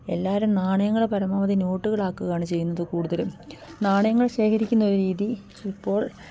എല്ലാവരും നാണയങ്ങൾ പരമാവധി നോട്ടുകളാക്കുകയാണ് ചെയ്യുന്നത് കൂടുതലും നാണയങ്ങൾ ശേഖരിക്കുന്ന ഒരു രീതി ഇപ്പോൾ